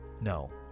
No